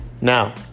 Now